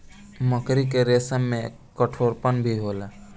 मकड़ी के रेसम में कठोरपन भी होला